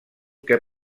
que